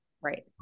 Right